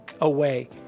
away